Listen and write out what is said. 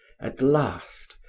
at last,